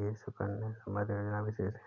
लिए सुकन्या समृद्धि योजना विशेष है